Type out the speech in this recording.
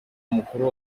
mukuru